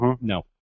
No